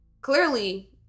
Clearly